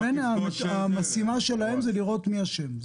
הם אומרים שזה תלוי ברצון הטוב אבל המשימה שלהם זה לראות מי אשם.